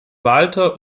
walter